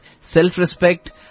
self-respect